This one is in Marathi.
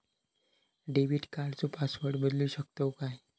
डेबिट कार्डचो पासवर्ड बदलु शकतव काय?